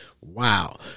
Wow